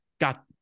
got